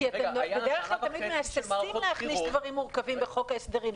כי אתם בדרך כלל מצליחים להכניס דברים מורכבים בחוק ההסדרים.